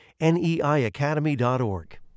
NEIacademy.org